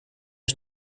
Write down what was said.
ich